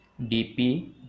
dp